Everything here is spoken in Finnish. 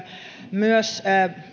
myös